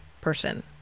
person